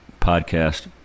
podcast